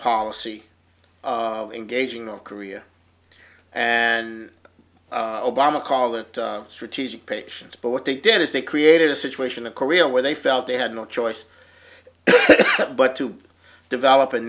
policy of engaging north korea and obama called it strategic patience but what they did is they created a situation of korea where they felt they had no choice but to develop